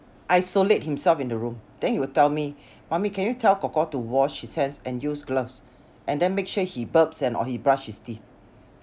isolate himself in the room then he will tell me mummy can you tell kor kor to wash his hands and use gloves and then make sure he burps and or he brush his teeth